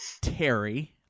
Terry